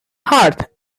heart